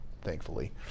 Thankfully